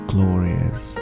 Glorious